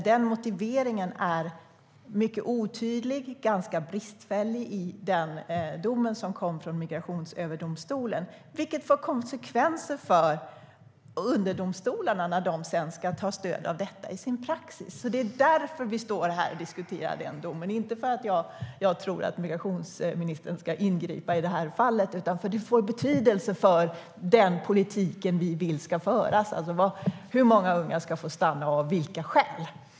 Den motiveringen är otydlig och bristfällig i den dom som avkunnades i Migrationsöverdomstolen, vilket får konsekvenser för underdomstolarna när de sedan ska ta stöd av denna dom i sin praxis. Det är därför vi står här och diskuterar den domen - inte för att jag tror att migrationsministern ska ingripa i det här fallet, utan för att domen får betydelse för den politik vi vill ska föras beträffande hur många ungar som ska få stanna och av vilka skäl.